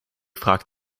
fragt